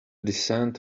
descent